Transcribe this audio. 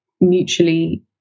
mutually